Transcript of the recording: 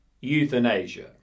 euthanasia